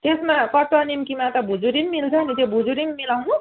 त्यसमा कटुवा निम्कीमा त भुजुरी पनि मिल्छ नि त्यो भुजुरी पनि मिलाउनु